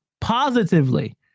positively